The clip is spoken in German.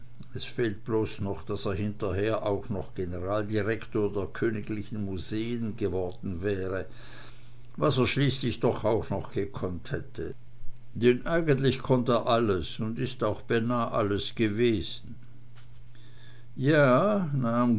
es fehlt bloß noch daß er hinterher auch noch generaldirektor der königlichen museen geworden wäre was er schließlich doch auch noch gekonnt hätte denn eigentlich konnt er alles und ist auch beinah alles gewesen ja